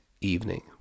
evening